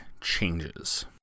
changes